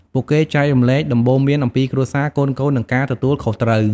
ពួកគេចែករំលែកដំបូន្មានអំពីគ្រួសារ កូនៗ និងការទទួលខុសត្រូវ។